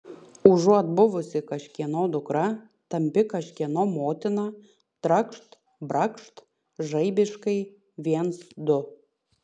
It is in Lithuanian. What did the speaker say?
užuot buvusi kažkieno dukra tampi kažkieno motina trakšt brakšt žaibiškai viens du